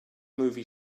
movie